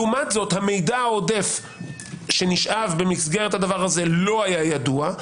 לעומת זאת המידע העודף שנשאב במסגרת הדבר הזה לא היה ידוע,